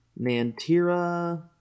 Nantira